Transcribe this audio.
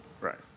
Right